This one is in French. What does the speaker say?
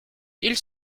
ils